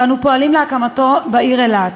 שאנו פועלים להקמתו בעיר אילת.